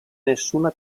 nessuna